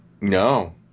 No